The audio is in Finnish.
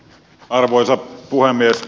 arvoisa puhemies